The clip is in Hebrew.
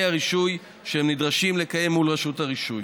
הרישוי שהם נדרשים לקיים מול רשות הרישוי.